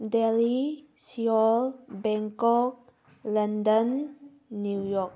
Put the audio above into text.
Delhi Seoul Bangkok London New York